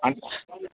అంట్